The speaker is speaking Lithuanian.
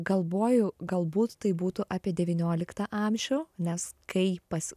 galvoju galbūt tai būtų apie devynioliktą amžių nes kai pas